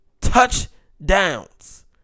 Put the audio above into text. Touchdowns